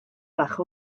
fach